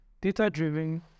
data-driven